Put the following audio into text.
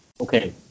Okay